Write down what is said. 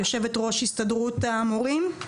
יושבת ראש הסתדרות המורים.